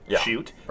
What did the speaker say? shoot